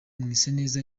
mwiseneza